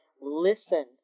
Listen